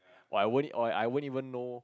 or I won't or I won't even know